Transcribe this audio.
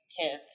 kids